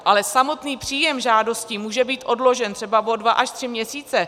Ale samotný příjem žádostí může být odložen třeba o dva až tři měsíce.